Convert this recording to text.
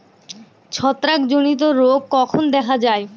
ছত্রাক জনিত রোগ কখন দেখা য়ায়?